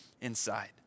inside